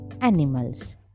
animals